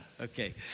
okay